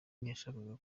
ntiyashakaga